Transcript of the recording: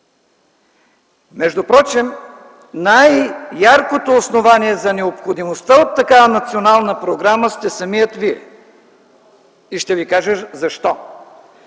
180 болници. Най-яркото основание за необходимостта от такава национална програма сте самият Вие и ще Ви кажа защо.